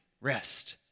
Rest